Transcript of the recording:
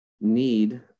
need